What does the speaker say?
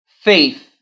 faith